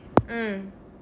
mm